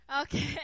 Okay